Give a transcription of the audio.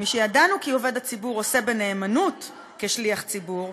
"ומשידענו כי עובד הציבור עושה בנאמנות כשליח ציבור,